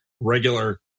regular